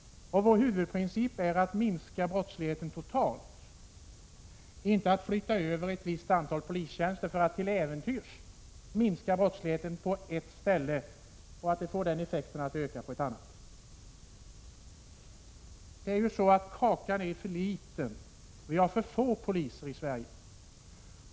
Vår huvudprincip är att minska brottsligheten totalt, inte att flytta över ett visst antal polistjänster för att till äventyrs minska brottsligheten på ett ställe och öka den på ett annat. Kakan är för liten, vi har för få poliser i Sverige.